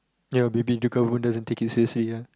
ya it will be who doesn't take it seriously ya